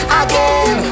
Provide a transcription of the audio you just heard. again